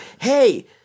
hey